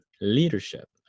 leadership